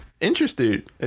Interested